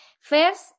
First